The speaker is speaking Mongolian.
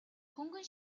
хөнгөн